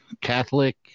Catholic